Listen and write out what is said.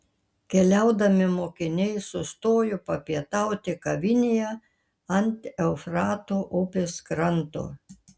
keliaudami mokiniai sustojo papietauti kavinėje ant eufrato upės kranto